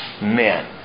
men